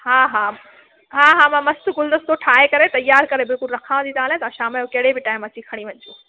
हा हा हा हा मां मस्तु गुलदस्तो ठाहे करे तयारु करे बि गुल रखां थी तव्हां लाइ तव्हां शाम जो कहिड़े बि टाइम अची करे खणी वञिजो